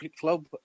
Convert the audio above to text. Club